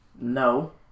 No